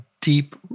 deep